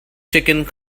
chickens